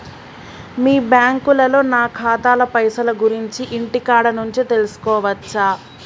మీ బ్యాంకులో నా ఖాతాల పైసల గురించి ఇంటికాడ నుంచే తెలుసుకోవచ్చా?